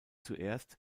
zuerst